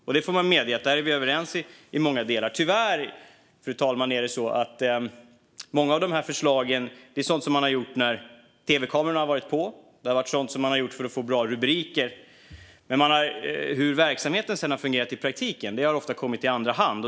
Jag får medge att vi där är överens i många delar. Tyvärr, fru talman, handlar många av dessa förslag om sådant man har gjort när tv-kamerorna har varit på och för att få bra rubriker. Hur verksamheten sedan har fungerat i praktiken har ofta kommit i andra hand.